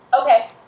okay